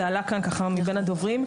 זה עלה כאן מבין הדוברים.